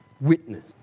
Witness